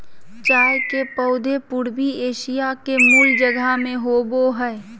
चाय के पौधे पूर्वी एशिया के मूल जगह में होबो हइ